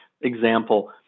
example